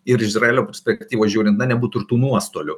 ir iš izraelio perspektyvos žiūrint na nebūtų ir tų nuostolių